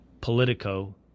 Politico